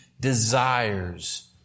desires